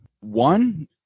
One